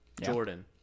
Jordan